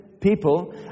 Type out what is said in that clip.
people